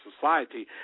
society